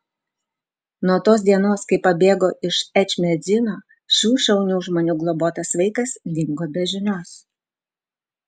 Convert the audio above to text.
nuo tos dienos kai pabėgo iš ečmiadzino šių šaunių žmonių globotas vaikas dingo be žinios